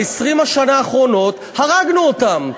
אבל ב-20 שנה האחרונות הרגנו אותם,